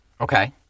Okay